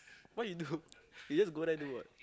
what you do you just go there do what